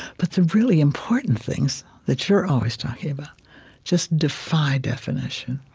but the really important things that you're always talking about just defy definition.